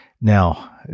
Now